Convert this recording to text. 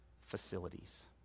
facilities